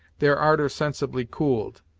their ardor sensibly cooled.